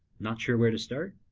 not sure where to start,